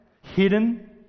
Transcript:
hidden